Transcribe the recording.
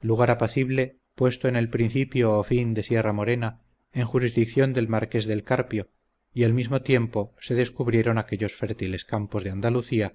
lugar apacible puesto en el principio o fin de sierra-morena en jurisdicción del marqués del carpio y al mismo tiempo se descubrieron aquellos fértiles campos de andalucía